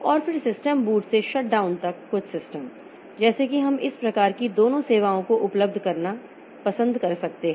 और फिर system boot से शटडाउन तक कुछ सिस्टम जैसे कि हम इस प्रकार की दोनों सेवाओं को उपलब्ध करना पसंद कर सकते हैं